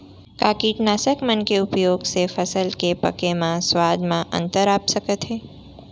का कीटनाशक मन के उपयोग से फसल के पके म स्वाद म अंतर आप सकत हे?